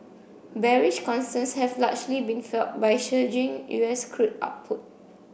bearish concerns have largely been fuelled by surging U S crude output